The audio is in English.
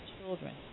children